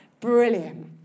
brilliant